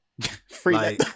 free